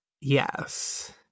Yes